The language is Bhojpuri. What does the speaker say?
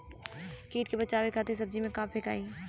कीट से बचावे खातिन सब्जी में का फेकाई?